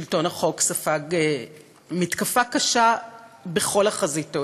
שלטון החוק ספג מתקפה קשה בכל החזיתות.